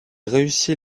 réussit